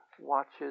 watches